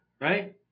right